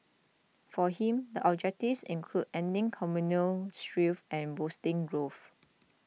for him the objectives included ending communal strife and boosting growth